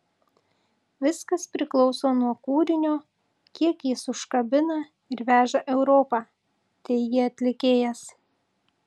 viskas priklauso nuo kūrinio kiek jis užkabina ir veža europa teigė atlikėjas